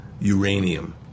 uranium